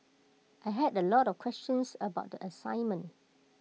I had A lot of questions about the assignment